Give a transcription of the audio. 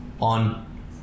on